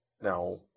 Now